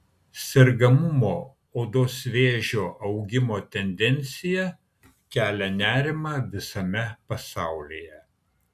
sergamumo odos vėžiu augimo tendencija kelia nerimą visame pasaulyje